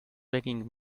begging